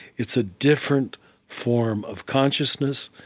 it's a different form of consciousness.